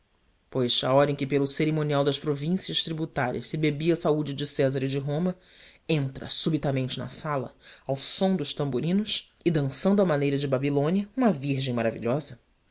pois à hora em que pelo cerimonial das províncias tributárias se bebia à saúde de césar e de roma entra subitamente na sala ao som dos tamborins e dançando à maneira de babilônia uma virgem maravilhosa